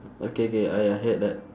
okay K I I heard that